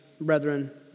brethren